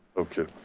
okay.